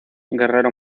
guerrero